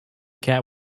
cat